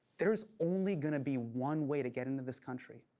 there's only gonna be one way to get into this country.